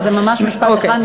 אז ממש משפט אחד.